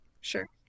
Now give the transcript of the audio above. sure